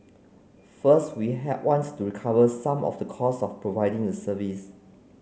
first we have want to recover some of the cost of providing the service